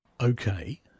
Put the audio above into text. Okay